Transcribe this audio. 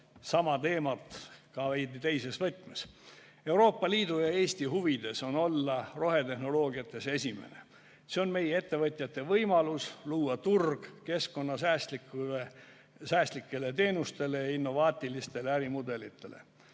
sama teemat ka veidi teises võtmes. Euroopa Liidu ja Eesti huvides on olla rohetehnoloogiate vallas esimene. See on meie ettevõtjate võimalus luua turg keskkonnasäästlikele teenustele ja innovaatilistele ärimudelitele.